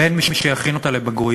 ואין מי שיכין אותה לבגרויות,